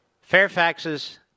Fairfax's